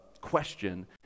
question